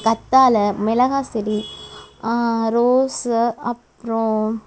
கத்தாழை மிளகாய் செடி ரோஸ் அப்புறம்